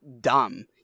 dumb